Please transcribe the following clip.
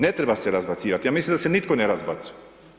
Ne treba se razbacivati, ja mislim da se nitko ne razbacuje.